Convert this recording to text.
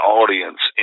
audience